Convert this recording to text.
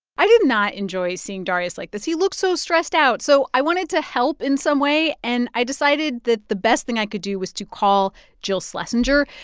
i did not enjoy seeing darius like this. he looked so stressed out. so i wanted to help in some way, and i decided that the best thing i could do was to call jill schlesinger.